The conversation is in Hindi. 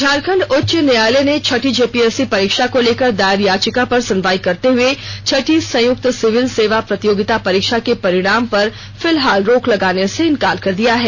झारखंड उच्च न्यायालय ने छठी जेपीएससी परीक्षा को लेकर दायर याचिका पर सुनवाई करते हुए छठी संयुक्त सिविल सेवा प्रतियोगिता परीक्षा के परिणाम पर फिलहाल रोक लगाने के इनकार कर दिया है